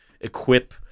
equip